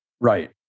Right